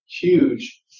Huge